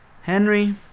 Henry